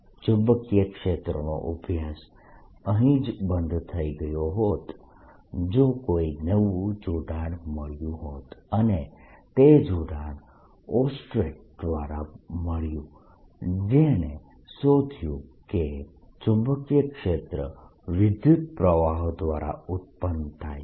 ચુંબકીય ક્ષેત્રનો અભ્યાસ અહીં જ બંધ થઈ ગયો હોત જો કોઈ નવું જોડાણ ન મળ્યું હોત અને તે જોડાણ ઓર્સ્ટેડ દ્વારા મળ્યું જેણે શોધ્યું કે ચુંબકીય ક્ષેત્ર વિદ્યુતપ્રવાહો દ્વારા ઉત્પન્ન થાય છે